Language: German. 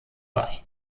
bei